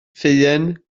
ffeuen